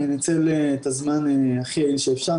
אני אנצל את הזמן הכי יעיל שאפשר.